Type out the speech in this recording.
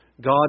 God